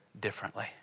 differently